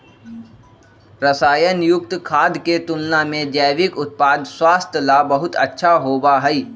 रसायन युक्त खाद्य के तुलना में जैविक उत्पाद स्वास्थ्य ला बहुत अच्छा होबा हई